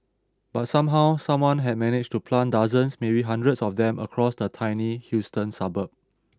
but somehow someone had managed to plant dozens maybe hundreds of them across the tiny Houston suburb